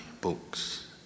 books